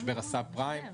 משבר הסאב-פריים.